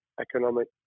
economic